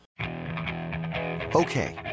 Okay